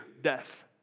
death